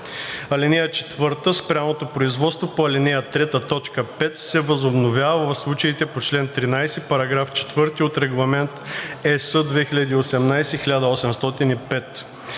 (4) Спряното производство по ал. 3, т. 5 се възобновява в случаите по чл. 13, параграф 4 от Регламент (ЕС) 2018/1805.